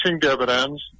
dividends